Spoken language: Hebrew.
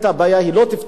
היא לא תפתור את הבעיה.